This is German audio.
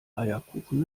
eierkuchen